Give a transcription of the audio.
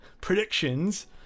Predictions